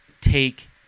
take